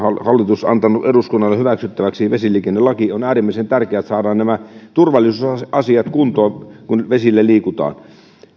hallitus antanut eduskunnalle hyväksyttäväksi vesiliikennelaki se että saadaan nämä turvallisuusasiat kuntoon kun vesillä liikutaan